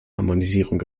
harmonisierung